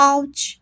Ouch